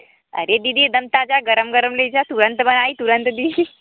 अरे दीदी गरम ताज़ा गरम गरम ले जा तू तुरंत बनाई तुरंत दी